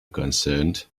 concerned